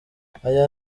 aya